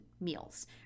meals